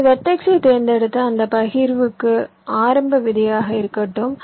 அந்த வெர்டெக்ஸைத் தேர்ந்தெடுத்து அந்த பகிர்வுக்கு ஆரம்ப விதையாக இருக்கட்டும்